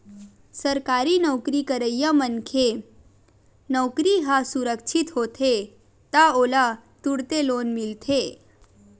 सरकारी नउकरी करइया मनखे के नउकरी ह सुरक्छित होथे त ओला तुरते लोन मिलथे